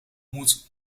moet